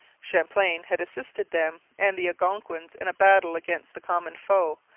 champlain had assisted them and the algonquins in battle against the common foe,